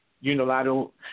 Unilateral